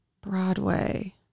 Broadway